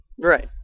Right